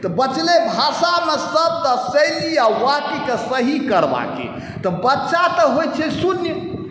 तऽ बचलै भाषामे शब्द आओर शैली आओर वाक्यके सही करबाके तऽ बच्चा तऽ होइ छै शून्य